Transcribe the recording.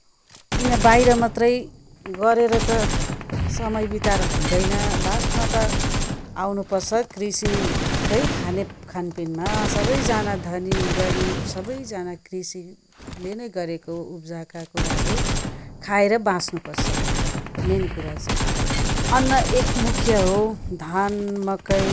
किन बाहिर मात्रै गरेर त समया बिताएर हुँदैन लास्टमा त आउनुपर्छ कृषिकै खाने खानपिनमा सबैजना धनी गरिब सबैजना कृषिले नै गरेको उब्जाएका कुराहरू खाएर बाच्नुपर्छ मेन कुरा चाहिँ अन्न एक मुख्य हो धान मकै